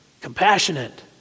compassionate